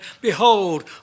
Behold